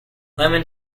lemon